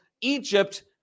Egypt